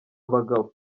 abagabo